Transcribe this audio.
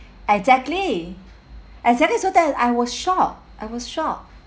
exactly exactly so then I was shocked I was shocked